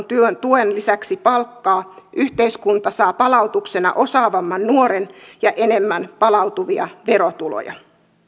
työn tuen lisäksi palkkaa yhteiskunta saa palautuksena osaavamman nuoren ja enemmän palautuvia verotuloja